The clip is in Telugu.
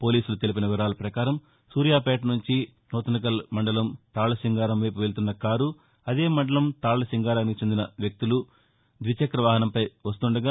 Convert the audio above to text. పోలీసులు తెలిపిన వివరాల ప్రకారం సూర్యాపేట నుంచి సూతనకల్ మండలం తాళ్లసింగారం వైపు వెళ్తున్న కారు అదే మండలం తాళ్లసింగారానికి చెందిన వ్యక్తులు ద్విచక్రవాహనంపై వస్తుండగా